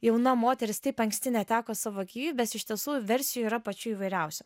jauna moteris taip anksti neteko savo gyvybės iš tiesų versijų yra pačių įvairiausių